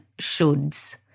shoulds